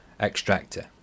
extractor